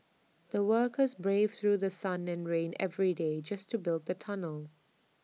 the workers braved through The Sun and rain every day just to build the tunnel